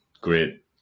great